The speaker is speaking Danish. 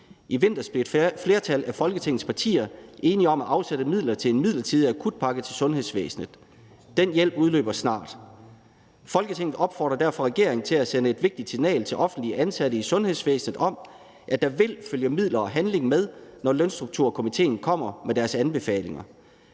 I vinter blev et flertal af Folketingets partier enige om at afsætte midler til en midlertidig akutpakke til sundhedsvæsenet. Den hjælp udløber snart. Folketinget opfordrer derfor regeringen til at sende et vigtigt signal til offentligt ansatte i sundhedsvæsenet om, at der vil følge midler og handling med, når Lønstrukturkomitéen kommer med sine anbefalinger.